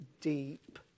deep